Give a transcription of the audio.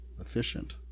efficient